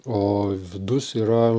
o vidus yra